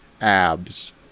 abs